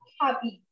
happy